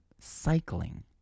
cycling